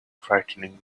frightening